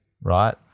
Right